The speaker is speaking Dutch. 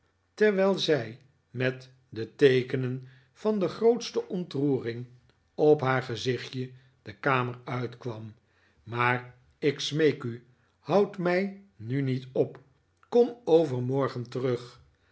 terwijl zij met de teekenen van de grootste ontroering op haar gezichtje de kamer uitkwam maar ik smeek u houd mij nu niet op kom overmorgen terug